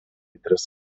tris